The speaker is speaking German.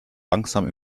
langsam